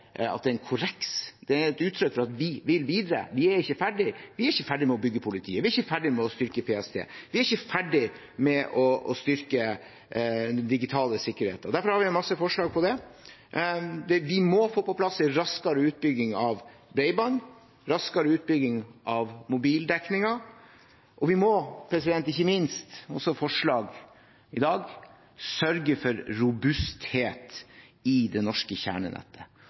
en korreks, det er et uttrykk for at vi vil videre. Vi er ikke ferdig. Vi er ikke ferdig med å bygge politiet, vi er ikke ferdig med å styrke PST, vi er ikke ferdig med å styrke den digitale sikkerheten. Derfor har vi en masse forslag på det. Vi må få på plass en raskere utbygging av bredbånd, en raskere utbygging av mobildekningen, og vi må ikke minst – det har vi også forslag om i dag – sørge for robusthet i det norske kjernenettet,